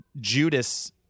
Judas